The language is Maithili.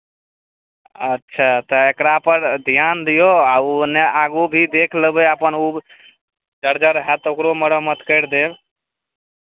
अच्छा तऽ एकरापर ध्यान दियौ आ ओ नहि आगू भी देख लेबै अपन ओ जर्जर हएत तऽ ओकरो मरमत करि देब